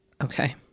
Okay